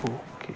okay